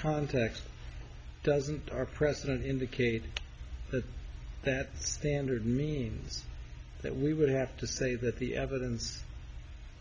context doesn't our president indicate that that standard means that we would have to say that the evidence